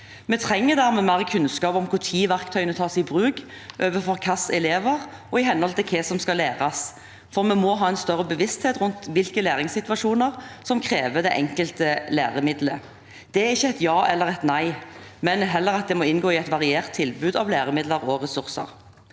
Vi trenger dermed mer kunnskap om når verktøyene tas i bruk, overfor hvilke elever, og i henhold til hva som skal læres, for vi må ha en større bevissthet rundt hvilke læringssituasjoner som krever det enkelte læremiddelet. Det er ikke et ja eller et nei, men heller at det må inngå i et variert tilbud av læremidler og -ressurser.